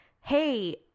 hey